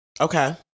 Okay